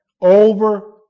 over